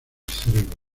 cerebro